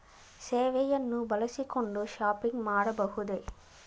ಸೇವೆಯನ್ನು ಬಳಸಿಕೊಂಡು ಶಾಪಿಂಗ್ ಮಾಡಬಹುದೇ?